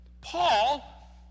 Paul